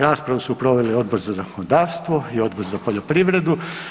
Raspravu su proveli Odbor za zakonodavstvo i Odbor za poljoprivredu.